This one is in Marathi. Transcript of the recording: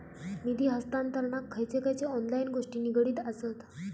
निधी हस्तांतरणाक खयचे खयचे ऑनलाइन गोष्टी निगडीत आसत?